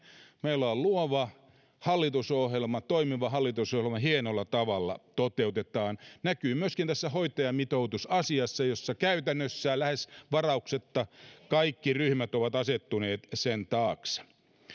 meillä on luova hallitusohjelma toimiva hallitusohjelma hienolla tavalla sitä toteutetaan se näkyy myöskin tässä hoitajamitoitusasiassa jonka taakse käytännössä lähes varauksetta kaikki ryhmät ovat asettuneet